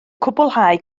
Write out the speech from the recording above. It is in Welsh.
cwblhau